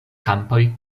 kampoj